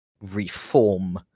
reform